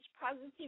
positive